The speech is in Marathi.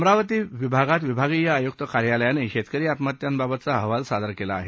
अमरावती विभागात विभागीय आयुक्त कार्यालयाने शेतकरी आत्महत्यांबाबतचा अहवाल सादर केला आहे